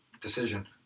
decision